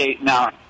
Now